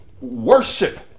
worship